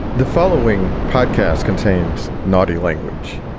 the following podcast contains naughty language